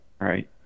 right